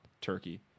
Turkey